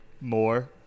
more